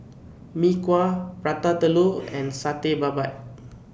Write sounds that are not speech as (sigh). Mee Kuah Prata Telur (noise) and Satay Babat